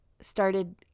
started